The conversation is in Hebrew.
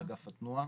באגף התנועה.